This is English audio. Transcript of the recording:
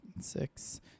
six